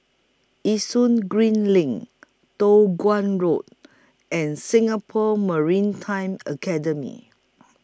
Yishun Green LINK Toh Guan Road and Singapore Maritime Academy